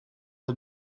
the